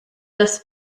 das